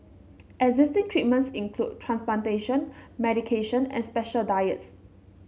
existing treatments include transplantation medication and special diets